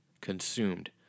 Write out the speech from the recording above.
consumed